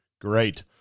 great